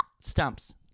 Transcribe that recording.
stumps